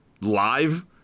live